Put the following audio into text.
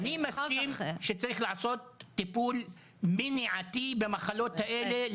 אני מסכים שצריך לעשות טיפול מניעתי במחלות האלה,